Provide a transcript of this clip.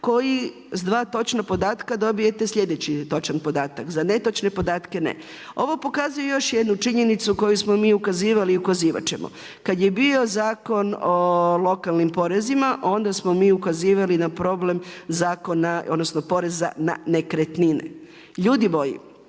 koji s dva točna podatka dobijete slijedeći točan podatak. Za netočne podatke, ne. Ovo pokazuje još jednu činjenicu koju smo mi ukazivali i ukazivat ćemo. Kad je bio Zakon o lokalnim porezima, onda smo mi ukazivali na problem poreza na nekretnine. Ljudi moji,